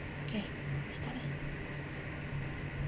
okay you start lah